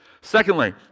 Secondly